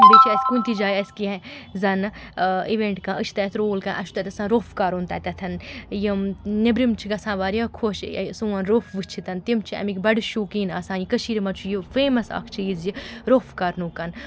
بیٚیہِ چھِ اَسہِ کُنہِ تہِ جایہِ اَسہِ کیٚنٛہہ زَنہٕ اِوٮ۪نٛٹ کانٛہہ أسۍ چھِ تَتہِ رول کَران اَسہِ تَتہِ آسان روٚف کَرُن تَتٮ۪تھ یِم نیٚبرِم چھِ گژھان واریاہ خۄش سون روٚف وُچھِتھ تِم چھِ اَمِکۍ بَڈٕ شوقیٖن آسان یہِ کٔشیٖرِ منٛز چھُ یہِ فیٚمَس اَکھ چیٖز یہِ روٚف کَرنُک